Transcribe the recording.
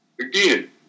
Again